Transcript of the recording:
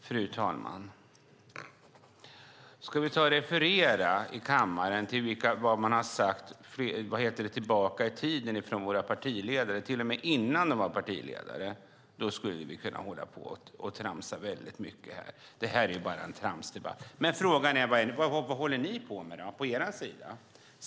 Fru talman! Ska vi referera i kammaren vad våra partiledare har sagt tidigare, och till och med vad de har sagt innan de blev partiledare, skulle vi kunna hålla på och tramsa väldigt mycket. Det här är bara en tramsdebatt. Frågan är vad ni håller på med på er sida.